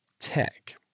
tech